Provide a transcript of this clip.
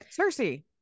Cersei